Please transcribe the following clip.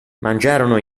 mangiarono